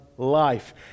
life